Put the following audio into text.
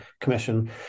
commission